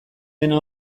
dena